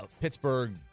Pittsburgh